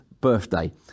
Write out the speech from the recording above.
birthday